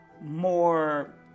more